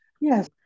Yes